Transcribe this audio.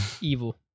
Evil